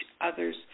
other's